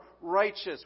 righteous